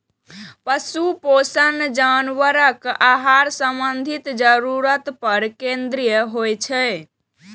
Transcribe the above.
पशु पोषण जानवरक आहार संबंधी जरूरत पर केंद्रित होइ छै